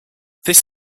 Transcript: this